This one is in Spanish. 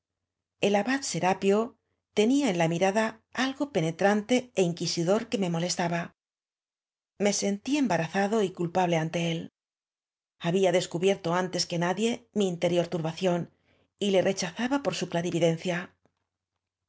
el abad serapío tenía en la mirada algo penetrante é inqui sidor que me molestaba me sentí embarazado y culpable ante él había d u b ie rto antes que nadie m í interior turbación y le rechazaba por su clarividencia